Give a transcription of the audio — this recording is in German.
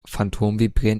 phantomvibrieren